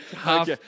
half